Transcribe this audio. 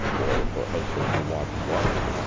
or for husband to watch wife.